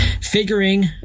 Figuring